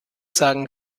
sagen